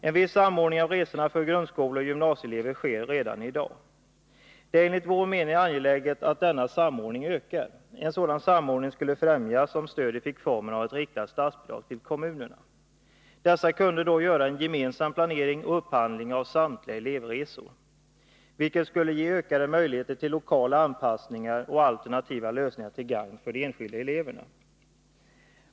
En viss samordning av resorna för grundskoleoch gymnasieelever sker redan i dag. Det är enligt vår mening angeläget att denna samordning ökar. En sådan samordning skulle främjas om stödet fick formen av ett riktat statsbidrag till kommunerna. Dessa kunde då göra en gemensam planering och upphandling av samtliga elevresor, vilket skulle ge ökade möjligheter till lokala anpassningar och alternativa lösningar, till gagn för de enskilda eleverna.